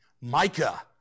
Micah